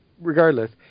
regardless